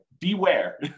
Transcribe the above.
beware